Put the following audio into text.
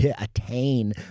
attain